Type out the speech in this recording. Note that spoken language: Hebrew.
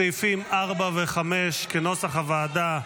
סעיפים 4 ו-5 כנוסח הוועדה,